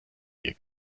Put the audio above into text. ihr